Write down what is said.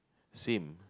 same